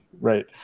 Right